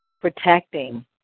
protecting